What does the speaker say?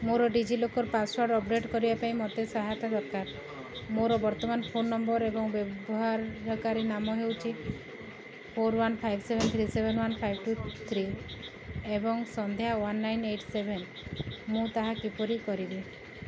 ମୋର DigiLocker password update କରିବା ପାଇଁ ମୋତେ ସାହାୟତା ଦରକାର ମୋର ବର୍ତ୍ତମାନର ଫୋନ ନମ୍ବର ଏବଂ ବ୍ୟବହାରକାରୀ ନାମ ହେଉଛି four one five seven three seven one five two three ଏବଂ ସନ୍ଧ୍ୟା ୱାନ୍ ନାଇନ୍ ଏଇଟ୍ ସେଭେନ୍ ମୁଁ ତାହା କିପରି କରିବି